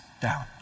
down